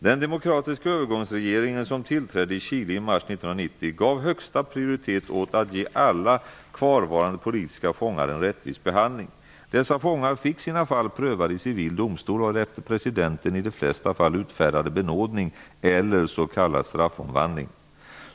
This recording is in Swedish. Den demokratiska övergångsregering som tillträdde i Chile i mars 1990 gav högsta prioritet åt att ge alla kvarvarande politiska fångar en rättvis behandling. Dessa fångar fick sina fall prövade i civil domstol, varefter presidenten i de flesta fall utfärdade benådning eller s.k. straffomvandling.